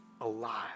alive